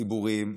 ציבוריים,